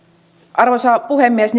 arvoisa puhemies